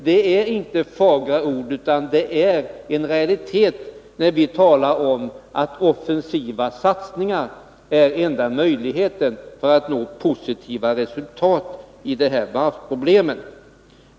Det är inte bara fagra ord utan en realitet, när vi säger att offensiva satsningar är den enda möjligheten att nå positiva resultat i fråga om varvsproblemen.